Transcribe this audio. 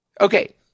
okay